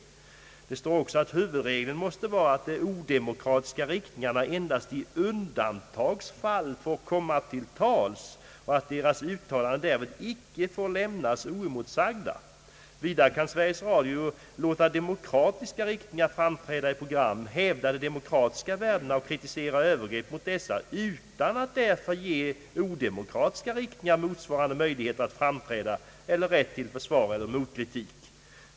Det står också angivet att huvudregeln måste vara att odemokratiska riktningar endast i undantagsfall får komma till tals och att deras uttalande inte får lämnas oemotsagda. Vidare kan Sveriges Radio låta demokratiska riktningar hävda de demokratiska värdena och kritisera övergrepp mot dessa utan att därför ge odemokratiska riktningar motsvarande möjlighet att framträda eller rätt till försvar eller motkritik.